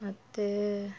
ಮತ್ತು